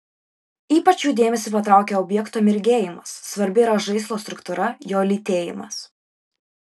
ypač jų dėmesį patraukia objekto mirgėjimas svarbi yra žaislo struktūra jo lytėjimas